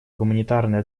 гуманитарной